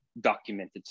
documented